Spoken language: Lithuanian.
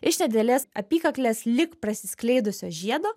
iš nedidelės apykaklės lyg prasiskleidusio žiedo